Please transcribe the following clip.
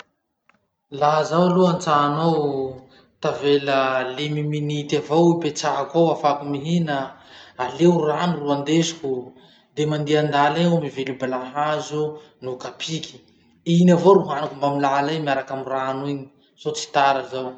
Laha zaho aloha antrano tavela limy minity avao ipetrahako ao ahafahako mihina, aleo rano ro andesiko, de mandeha andala egny aho mividy balahazo no kapiky. Igny avao ro haniko mbamy lala iny miaraky amy rano iny soa tsy tara zaho.